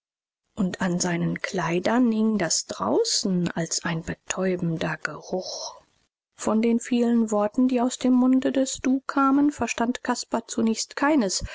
und an seinen kleidern hing das draußen als ein betäubender geruch von den vielen worten die aus dem munde des du kamen verstand caspar zunächst keines